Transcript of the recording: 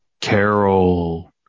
Carol